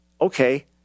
Okay